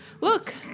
look